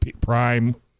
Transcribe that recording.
prime